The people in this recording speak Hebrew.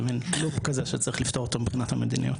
זה מין לופ כזה שצריך לפתור אותו מבחינת המדיניות.